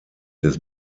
des